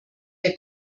der